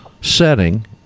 setting